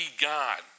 God